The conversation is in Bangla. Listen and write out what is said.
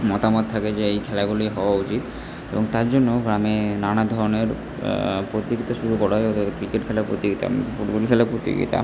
মতামত থাকে যে এই খেলাগুলি হওয়া উচিত এবং তার জন্য গ্রামে নানা ধরণের প্রতিযোগিতা শুরু করা হয় অর্থাৎ ক্রিকেট খেলার প্রতিযোগিতা ফুটবল খেলার প্রতিযোগিতা